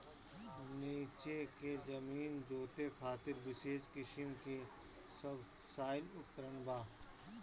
नीचे के जमीन जोते खातिर विशेष किसिम के सबसॉइल उपकरण बा